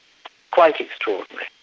quite extraordinary.